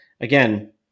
again